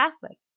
Catholic